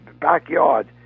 backyard